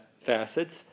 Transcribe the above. facets